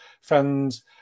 friends